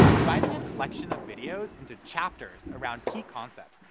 dividing a collection of videos into chapters around key concepts,